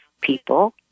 people